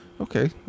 okay